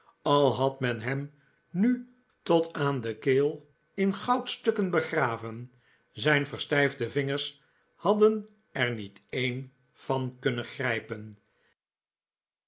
al had men hem nu tot aan de keel in goudstukken begraven zijn verstijfde vingers hadden er niet een van kunnen grijpen